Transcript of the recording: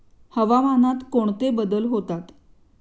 हवामानात कोणते बदल होतात?